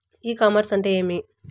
ఇ commerce అంటే ఏమి?